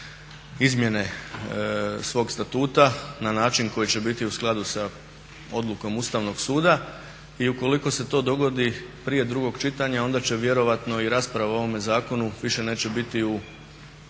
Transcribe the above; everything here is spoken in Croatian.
izmjene svog statuta na način koji će biti u skladu sa odlukom Ustavnog suda. I ukoliko se to dogodi prije drugog čitanja onda će vjerojatno i rasprava o ovome zakonu više neće biti u sjeni